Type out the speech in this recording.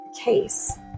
case